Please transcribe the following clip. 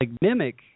mimic